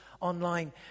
online